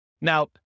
Now